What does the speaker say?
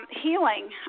healing